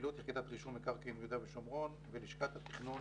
פעילות יחידת רישום מקרקעין ביהודה ושומרון ולשכת התכנון